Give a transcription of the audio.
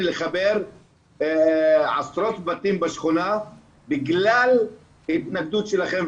לחבר עשרות בתים בשכונה בכלל התנגדות שלכם,